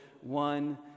one